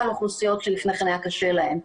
לאוכלוסיות שלפני כן היה קשה להן,